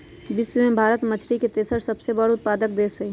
विश्व में भारत मछरी के तेसर सबसे बड़ उत्पादक देश हई